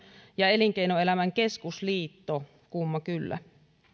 ja elinkeinoelämän keskusliitto kumma kyllä